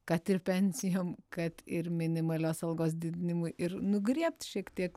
kad ir pensijom kad ir minimalios algos didinimui ir nugriebt šiek tiek